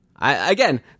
Again